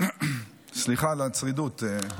סליחה על הצרידות.